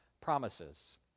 promises